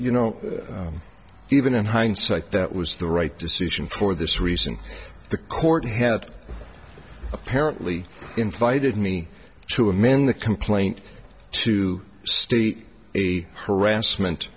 you know even in hindsight that was the right decision for this reason the court had apparently invited me to amend the complaint to state a harassment